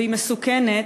והיא מסוכנת.